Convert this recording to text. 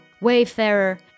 wayfarer